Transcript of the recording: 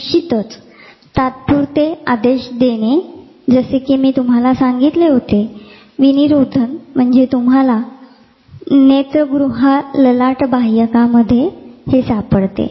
आणि निश्चितच तात्पुरते आदेश देणे आणि जसे कि मी तुम्हाला सांगत होतो विनिरोधन जे तुम्हाला नेत्रगुहा ललाट बाह्यकामध्ये सापडते